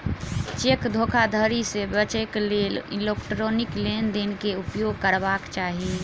cheque धोखाधड़ी से बचैक लेल इलेक्ट्रॉनिक लेन देन के उपयोग करबाक चाही